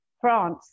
France